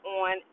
on